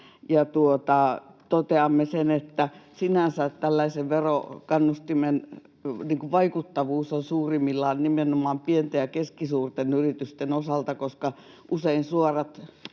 Toteamme sen, että sinänsä tällaisen verokannustimen vaikuttavuus on suurimmillaan nimenomaan pienten ja keskisuurten yritysten osalta, koska usein suorat